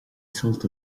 sult